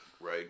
Right